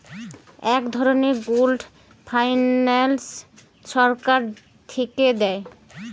এক ধরনের pooled finance সরকার থিকে দেয়